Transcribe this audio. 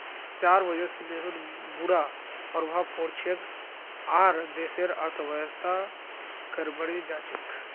जहार वजह से देशत बुरा प्रभाव पोरछेक आर देशेर अर्थव्यवस्था गड़बड़ें जाछेक